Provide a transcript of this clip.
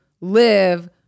live